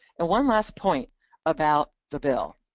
and one last point about the bill.